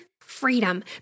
freedom